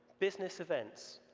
business events,